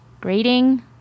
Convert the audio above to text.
grading